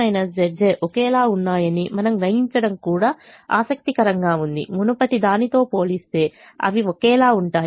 Cj Zj's ఒకేలా ఉన్నాయని మనము గ్రహించడం కూడా ఆసక్తికరంగా ఉంది మునుపటిదానితో పోలిస్తే అవి ఒకేలా ఉంటాయి